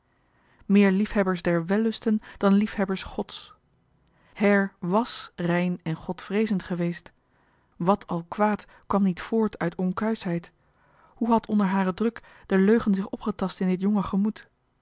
meer liefhebbers der wellusten dan liefhebbers gods her wàs rein en godvreezend geweest wat al kwaad kwam niet voort uit onkuischheid hoe had onder haren druk de leugen zich opgetast in dit jonge gemoed